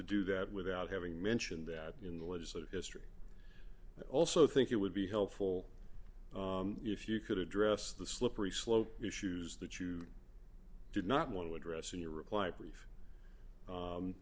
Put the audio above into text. do that without having mentioned in the legislative history i also think it would be helpful if you could address the slippery slope issues that you did not want to address in your reply brief